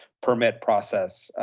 permit process.